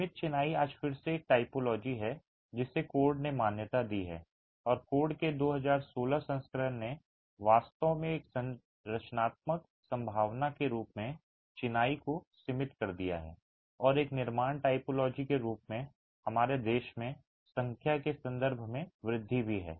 सीमित चिनाई आज फिर से एक टाइपोलॉजी है जिसे कोड ने मान्यता दी है और कोड के 2016 संस्करण ने वास्तव में एक संरचनात्मक संभावना के रूप में चिनाई को सीमित कर दिया है और एक निर्माण टाइपोलॉजी के रूप में हमारे देश में संख्या के संदर्भ में वृद्धि भी है